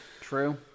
True